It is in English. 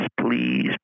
please